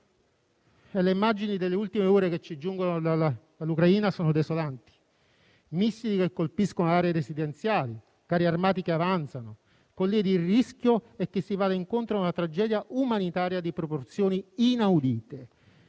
Le immagini delle ultime ore che ci giungono dall'Ucraina sono desolanti: missili che colpiscono aree residenziali, carri armati che avanzano. Colleghi, il rischio è che si vada incontro a una tragedia umanitaria di proporzioni inaudite.